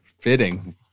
Fitting